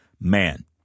man